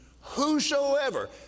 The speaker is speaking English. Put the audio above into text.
whosoever